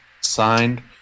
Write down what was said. Signed